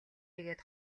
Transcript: ийгээд